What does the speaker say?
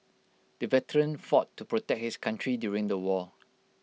the veteran fought to protect his country during the war